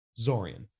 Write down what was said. Zorian